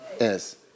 Yes